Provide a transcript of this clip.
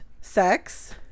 sex